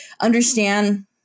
understand